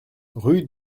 rue